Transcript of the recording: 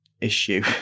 issue